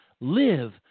live